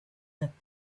that